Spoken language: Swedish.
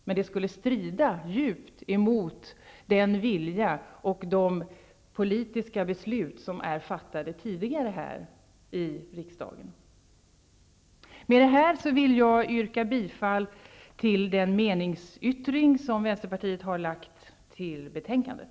Det skulle djupt strida mot den vilja som finns och de politiska beslut som tidigare har fattats i riksdagen. Med detta vill jag yrka bifall till den meningsyttring som vänsterpartiet har fogat till betänkandet.